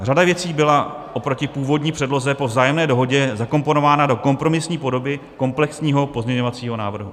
Řada věcí byla oproti původní předloze po vzájemné dohodě zakomponována do kompromisní podoby komplexního pozměňovacího návrhu.